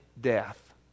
death